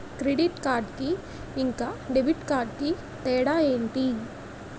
Credit card కి ఇంకా debit card కి తేడా ఏంటి?